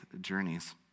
journeys